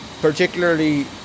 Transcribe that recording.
particularly